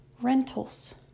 rentals